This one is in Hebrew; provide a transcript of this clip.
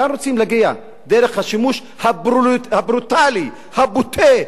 לאן רוצים להגיע, דרך השימוש הברוטלי, הבוטה?